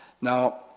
Now